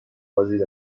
بازدید